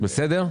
בסדר?